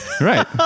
Right